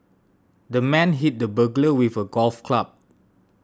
the man hit the burglar with a golf club